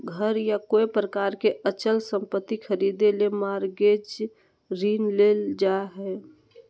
घर या कोय प्रकार के अचल संपत्ति खरीदे ले मॉरगेज ऋण लेल जा हय